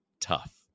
tough